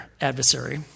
adversary